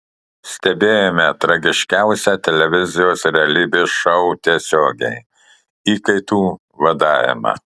stebėjome tragiškiausią televizijos realybės šou tiesiogiai įkaitų vadavimą